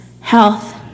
health